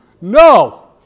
No